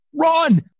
Run